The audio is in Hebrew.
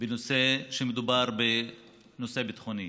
כשמדובר בנושא ביטחוני,